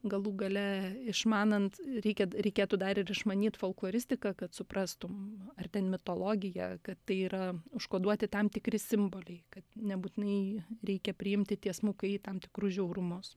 galų gale išmanant reikia reikėtų dar ir išmanyt folkloristiką kad suprastum ar ten mitologija kad tai yra užkoduoti tam tikri simboliai kad nebūtinai reikia priimti tiesmukai tam tikrus žiaurumus